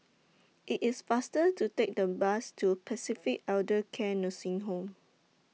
IT IS faster to Take The Bus to Pacific Elder Care Nursing Home